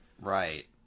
Right